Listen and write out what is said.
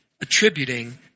attributing